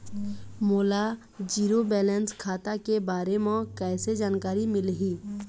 मोला zero balance खाता के बारे म कैसे जानकारी मिलही?